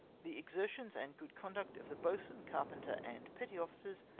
the exertions and good conduct of the boatswain, carpenter, and petty officers,